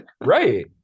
Right